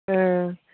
ओ